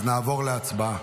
אז נעבור להצבעה.